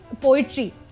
poetry